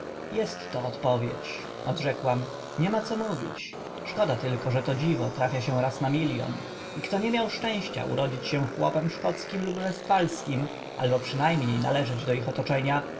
jest to odpowiedź odrzekłam nie ma co mówić szkoda tylko że to dziwo trafia się raz na milion i kto nie miał szczęścia urodzić się chłopem szkockim lub westfalskim albo przyna mnie należeć do ich otoczenia